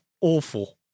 awful